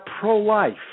pro-life